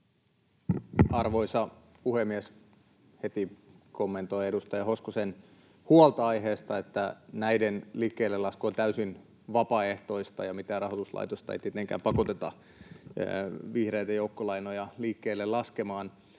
Arvoisa puhemies! Heti kommentoin edustaja Hoskosen huolta aiheesta: näiden liikkeellelasku on täysin vapaaehtoista, ja mitään rahoituslaitosta ei tietenkään pakoteta vihreitä joukkolainoja liikkeelle laskemaan.